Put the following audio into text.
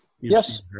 Yes